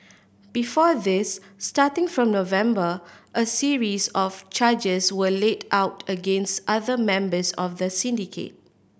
before this starting from November a series of charges were laid out against other members of the syndicate